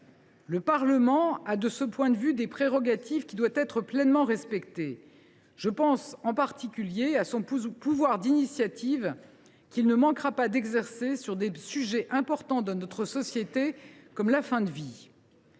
Le Parlement a, de ce point de vue, des prérogatives qui doivent être pleinement respectées. Je pense en particulier à son pouvoir d’initiative, qu’il ne manquera pas d’exercer sur des sujets importants dans notre société, comme la fin de vie.